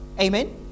Amen